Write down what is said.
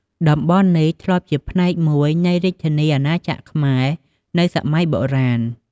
តំបន់នេះធ្លាប់ជាផ្នែកមួយ នៃរាជធានីអាណាចក្រខ្មែរ នៅសម័យបុរាណ។